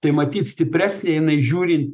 tai matyt stipresnė jinai žiūrint